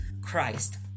christ